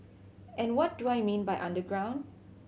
and what do I mean by underground